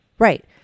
Right